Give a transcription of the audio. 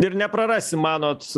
ir neprarasi manot